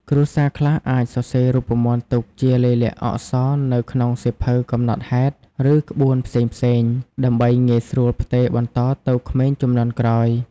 គ្រួសារខ្លះអាចសរសេររូបមន្តទុកជាលាយលក្ខណ៍អក្សរនៅក្នុងសៀវភៅកំណត់ហេតុ ឬក្បួនផ្សេងៗ ដើម្បីងាយស្រួលផ្ទេរបន្តទៅក្មេងជំនាន់ក្រោយ។